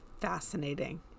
fascinating